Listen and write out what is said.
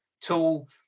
tool